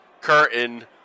curtain